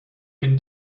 can